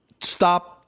stop